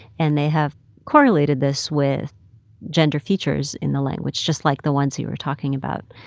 and they have correlated this with gender features in the language, just like the ones you were talking about.